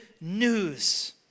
news